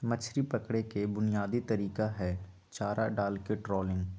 मछरी पकड़े के बुनयादी तरीका हई चारा डालके ट्रॉलिंग